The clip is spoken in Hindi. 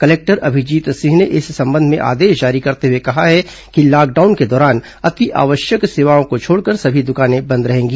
कलेक्टर अभिजीत सिंह ने इस संबंध में आदेश जारी करते हुए कहा है कि लॉकडाउन के दौरान अतिआवश्यक सेवाओं को छोड़कर सभी दुकानें बंद रहेंगी